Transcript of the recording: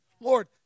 Lord